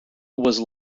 was